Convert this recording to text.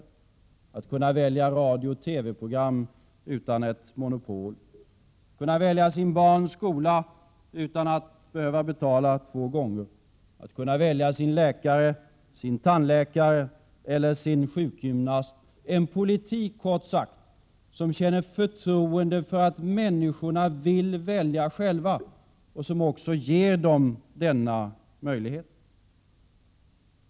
Det handlar om att kunna välja sina radiooch TV-program utan ett monopol, att kunna välja sina barns skola, utan att behöva betala två gånger, att kunna välja sin läkare, sin tandläkare eller sin sjukgymnast. Detta är kort sagt en politik där vi känner förtroende för människor som vill välja själva, och vi vill också ge dem denna möjlighet.